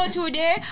today